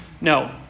No